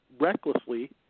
recklessly